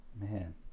Man